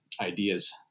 ideas